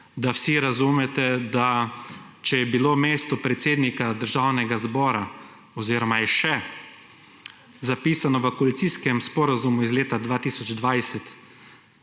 da vi razumete, da če je bilo mesto predsednika Državnega zbora oziroma je še, zapisano v koalicijskem sporazumu iz leta 2020,